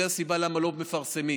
זו הסיבה שלא מפרסמים,